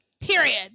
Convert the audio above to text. Period